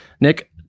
Nick